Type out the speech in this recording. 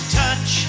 touch